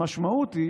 המשמעות היא